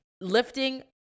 lifting